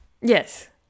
Yes